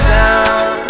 down